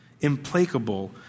implacable